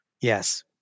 Yes